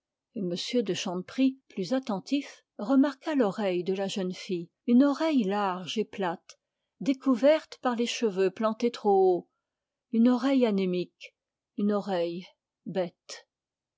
m de chanteprie plus attentif remarqua l'oreille de la jeune fille une oreille large et plate découverte par les cheveux plantés trop haut une oreille anémique une oreille bête